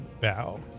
bow